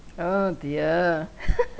oh dear